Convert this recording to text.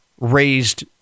raised